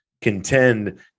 contend